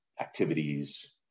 activities